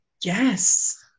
Yes